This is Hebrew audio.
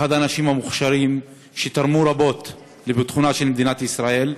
אחד האנשים המוכשרים שתרמו רבות לביטחונה של מדינת ישראל,